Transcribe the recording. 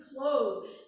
clothes